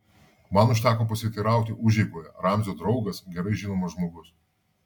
man užteko pasiteirauti užeigoje ramzio draugas gerai žinomas žmogus